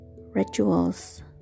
rituals